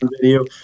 video